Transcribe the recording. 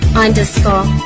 underscore